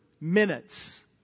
minutes